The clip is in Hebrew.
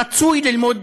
רצוי ללמוד